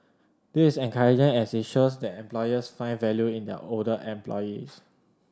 this is encouraging as it shows that employers find value in their older employees